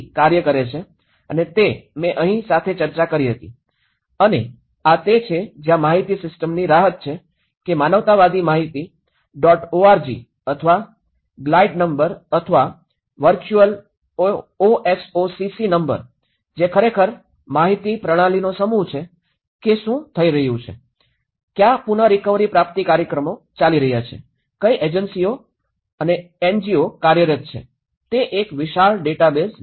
કાર્ય કરે છે તે મેં અહીં સાથે ચર્ચા કરી હતી અને આ તે છે જ્યાં માહિતી સિસ્ટમની રાહત છે કે માનવતાવાદી માહિતી ડોટ org અથવા ગ્લાઇડ નંબર અથવા વર્ચુઅલ ઓએસઓસીસી નંબર જે ખરેખર માહિતી પ્રણાલીનો સમૂહ છે કે શું થઈ રહ્યું છે કયા પુન રિકવરી પ્રાપ્તિ કાર્યક્રમો ચાલી રહ્યા છે કઈ એનજીઓ કાર્યરત છે તે એક વિશાળ ડેટાબેઝ લાવે છે